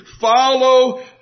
follow